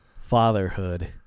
Fatherhood